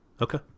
Okay